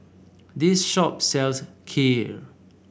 this shop sells Kheer